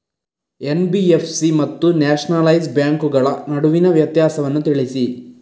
NBFC ಮತ್ತು nationalise ಬ್ಯಾಂಕುಗಳ ನಡುವಿನ ವ್ಯತ್ಯಾಸವನ್ನು ತಿಳಿಸಿ?